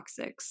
Toxics